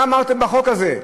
מה אמרתם בחוק הזה?